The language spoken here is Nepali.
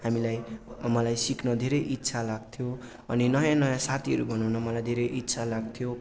हामीलाई मलाई सिक्न धेरै इच्छा लाग्थ्यो अनि नयाँ नयाँ साथीहरू बनाउन मलाई धेरै इच्छा लाग्थ्यो